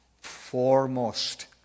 foremost